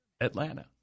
Atlanta